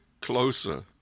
closer